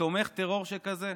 לתומך טרור שכזה.